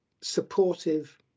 supportive